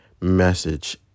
message